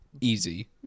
easy